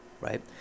right